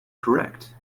correct